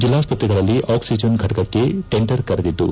ಜಲ್ಲಾಸ್ತ್ರೆಗಳಲ್ಲಿ oxygen ಘಟಕಕ್ಕೆ tender ಕರೆದಿದ್ದು